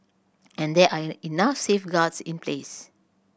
and there are enough safeguards in place